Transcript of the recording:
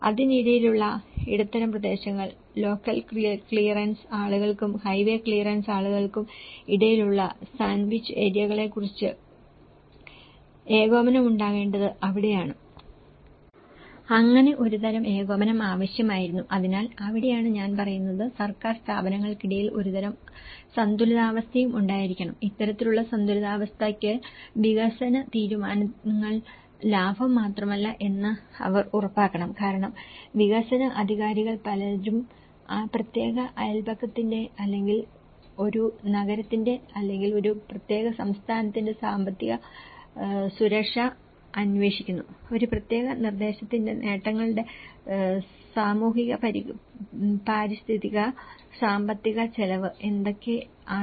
അതിനിടയിലുള്ള ഇടത്തരം പ്രദേശങ്ങൾ local clearance ആളുകൾക്കും ഹൈവേ ക്ലിയറൻസ് ആളുകൾക്കും ഇടയിലുള്ള സാൻഡ്വിച്ച് ഏരിയകളെക്കുറിച്ച് കുറച്ച് ഏകോപനം ഉണ്ടാകേണ്ടത് അവിടെയാണ്